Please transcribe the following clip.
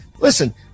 listen